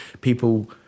people